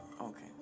okay